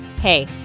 Hey